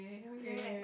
is very nice